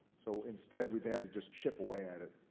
so instead, we've had to just chip away at it,